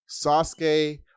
Sasuke